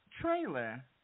trailer